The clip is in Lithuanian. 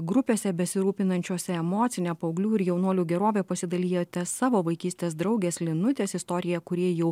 grupėse besirūpinančiose emocine paauglių ir jaunuolių gerove pasidalijote savo vaikystės draugės linutės istorija kuriai jau